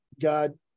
God